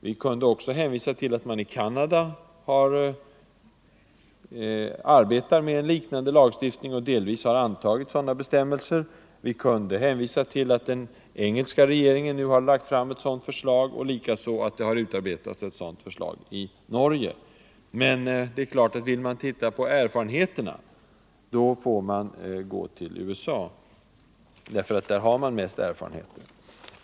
Vi kunde också hänvisa till att man i Canada arbetar med en liknande lagstiftning och delvis har antagit sådana be Jämställdhet stämmelser, vi kunde hänvisa till att den engelska regeringen nu har mellan män och lagt fram ett lagförslag och likaså till att det har utarbetats ett sådant = kvinnor, m.m. förslag i Norge. Men det är klart att vill vi titta på erfarenheterna, då får vi gå till USA, för där har man mest erfarenhet.